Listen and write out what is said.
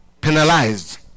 penalized